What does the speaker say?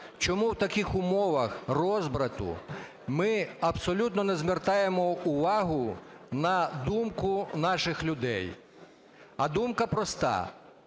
чому в таких умовах розбрату ми абсолютно не звертаємося уваги на думку наших людей? А думка проста: